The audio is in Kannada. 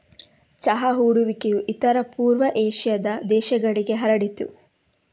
ಚಹಾ ಕುಡಿಯುವಿಕೆಯು ಇತರ ಪೂರ್ವ ಏಷ್ಯಾದ ದೇಶಗಳಿಗೆ ಹರಡಿತು